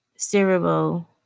cerebral